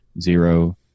zero